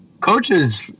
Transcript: coaches